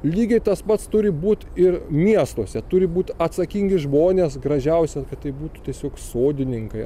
lygiai tas pats turi būt ir miestuose turi būt atsakingi žmonės gražiausia kad tai būtų tiesiog sodininkai